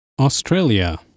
Australia